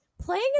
playing